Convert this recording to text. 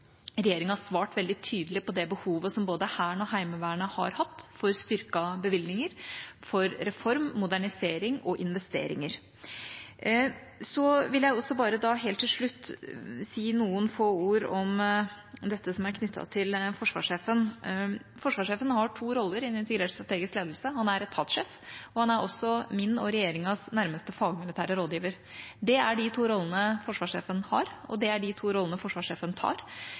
regjeringa svart veldig tydelig på det behovet som både Hæren og Heimevernet har hatt for styrkede bevilgninger, for reform, for modernisering og for investeringer. Så vil jeg bare helt til slutt si noen få ord om dette som er knyttet til forsvarssjefen. Forsvarssjefen har to roller i en integrert strategisk ledelse: Han er etatssjef, og han er også min og regjeringas nærmeste fagmilitære rådgiver. Det er de to rollene forsvarssjefen har, og det er de to rollene forsvarssjefen tar,